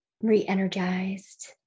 re-energized